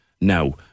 now